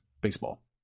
Baseball